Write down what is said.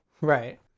Right